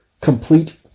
complete